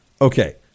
Okay